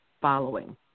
following